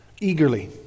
eagerly